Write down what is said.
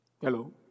Hello